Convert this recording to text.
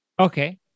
Okay